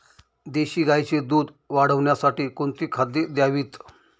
देशी गाईचे दूध वाढवण्यासाठी कोणती खाद्ये द्यावीत?